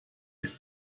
ist